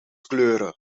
kleuren